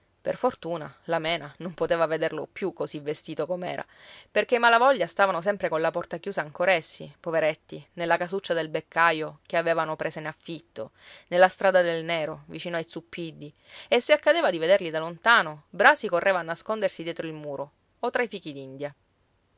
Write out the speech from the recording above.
per fortuna la mena non poteva vederlo più così vestito com'era perché i malavoglia stavano sempre colla porta chiusa ancor essi poveretti nella casuccia del beccaio che avevano presa in affitto nella strada del nero vicino ai zuppiddi e se accadeva di vederli da lontano brasi correva a nascondersi dietro il muro o tra i